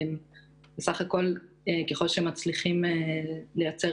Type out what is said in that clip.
ככל שמצליחים לייצר